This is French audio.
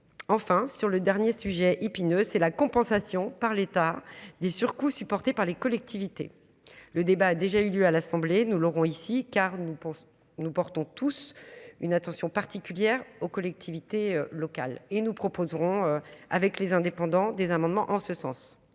enfin, sur le dernier sujet épineux, c'est la compensation par l'État des surcoûts supportés par les collectivités, le débat a déjà eu lieu à l'Assemblée, nous l'aurons ici car nous pensons, nous portons tous une attention particulière aux collectivités locales et nous proposerons avec les indépendants des amendements en ce sens